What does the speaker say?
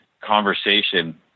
conversation